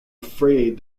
afraid